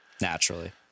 naturally